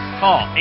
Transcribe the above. call